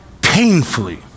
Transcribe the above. painfully